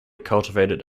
cultivated